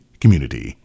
community